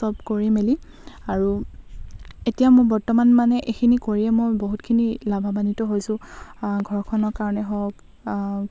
চব কৰি মেলি আৰু এতিয়া মোৰ বৰ্তমান মানে এইখিনি কৰিয়ে মই বহুতখিনি লাভন্বিত হৈছোঁ ঘৰখনৰ কাৰণে হওক